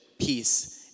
peace